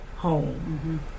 home